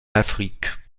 afrique